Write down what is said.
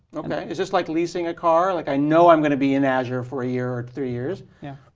is this like leasing a car, like i know i'm going to be in azure for a year or three years? yeah.